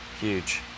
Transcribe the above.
huge